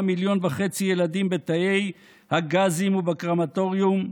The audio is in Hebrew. מיליון וחצי ילדים בתאי הגזים ובקרמטוריום,